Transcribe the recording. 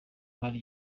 hari